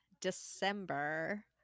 december